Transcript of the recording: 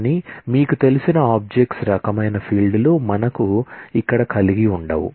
కానీ మీకు తెలిసిన ఆబ్జెక్ట్ రకమైన ఫీల్డ్లు మనకు కలిగి ఉండవు